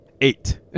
Eight